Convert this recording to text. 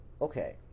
okay